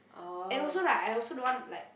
and also right I also don't want like